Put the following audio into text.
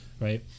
right